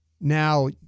now